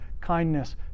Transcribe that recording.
kindness